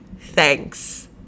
thanks